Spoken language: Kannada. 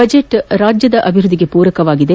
ಬಜೆಟ್ ರಾಜ್ಯದ ಅಭಿವ್ಯದ್ಲಿಗೆ ಪೂರಕವಾಗಿದೆ